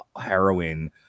heroin